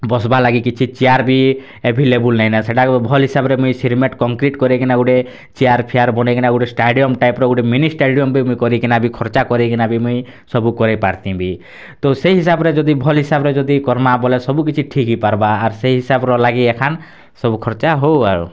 ବସ୍ବା ଲାଗି କିଛି ଚେଆର୍ ବି ଏଭେଲେବୁଲ୍ ନାଇନେ ସେଟାକୁ ଭଲ୍ ହିସାବରେ ମୁଇଁ ସିମେଣ୍ଟ୍ କଂକ୍ରିଟ୍ କରେଇକିନା ଗୁଟେ ଚେଆର୍ ଫିଆର୍ ବନେଇକିନା ଗୁଟେ ଷ୍ଟାଡ଼ିୟମ୍ ଟାଇପ୍ର ଗୁଟେ ମିନି ଷ୍ଟାଡ଼ିୟମ୍ ବି ମୁଇଁ କରିକିନା ବି ଖର୍ଚ୍ଚା କରିକିନା ବି ମୁଇଁ ସବୁ କରେଇ ପାର୍ତି ବି ତ ସେଇ ହିସାବ୍ରେ ଯଦି ଭଲ ହିସାବ୍ରେ ଯଦି କର୍ମା ବଏଲେ ସବୁ କିଛି ଠିକ୍ ହେଇପାର୍ବା ଆର୍ ସେ ହିସାବ୍ର ଲାଗି ଏଖାନ୍ ସବୁ ଖର୍ଚ୍ଚା ହଉ ଆରୁ